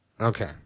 Okay